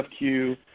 FQ